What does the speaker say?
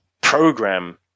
program